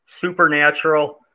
Supernatural